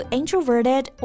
introverted